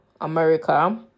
America